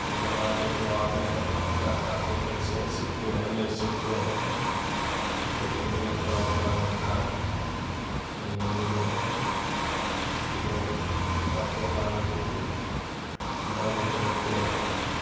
لوگ آر کو تو آتے ہیں اپ کیا کھا کے کیسے سیکھتے ہیں نہیں سیکھتے ہیں ہم کو تو نہیں ہے تھوڑا اتنا جانکاری یہ ندی میں لوگ چاہتے ہیں نہانے کے لیے الٹا بھی تیرتے ہیں